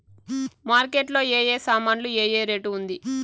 Market లో ఏ ఏ సామాన్లు ఏ ఏ రేటు ఉంది?